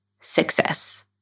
success